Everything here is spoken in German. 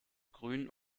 grün